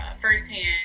firsthand